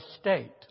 state